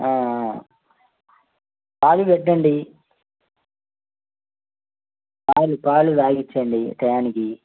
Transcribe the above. పాలు పెట్టండి పాలు పాలు తగగించండి టైంకి